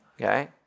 Okay